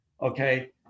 okay